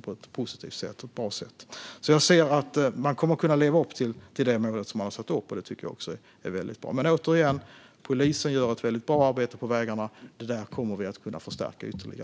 på ett positivt och bra sätt. Jag ser att man kommer att kunna leva upp till det mål som har satts upp, och det tycker jag är väldigt bra. Återigen: Polisen gör ett väldigt bra arbete på vägarna, och vi kommer att kunna förstärka det ytterligare.